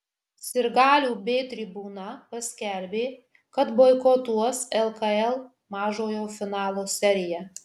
sirgalių b tribūna paskelbė kad boikotuos lkl mažojo finalo seriją